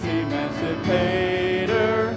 emancipator